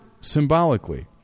symbolically